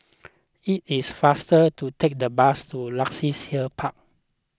it is faster to take the bus to Luxus Hill Park